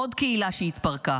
עוד קהילה שהתפרקה.